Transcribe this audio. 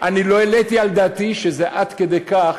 אני לא העליתי על דעתי שזה עד כדי כך.